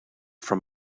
from